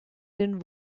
den